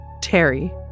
Terry